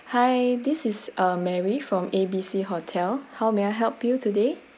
hi this is uh mary from a b c hotel how may I help you today